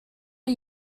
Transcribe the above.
are